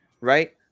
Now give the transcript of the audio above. right